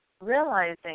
realizing